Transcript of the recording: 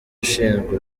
ushinzwe